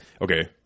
okay